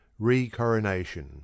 Recoronation